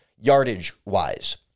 yardage-wise